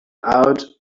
out